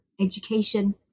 education